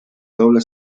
doble